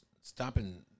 stopping